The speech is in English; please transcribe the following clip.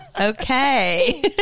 Okay